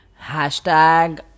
Hashtag